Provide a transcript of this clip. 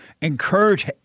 encourage